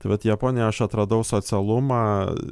tai vat japonijoj aš atradau socialumą